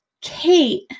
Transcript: Kate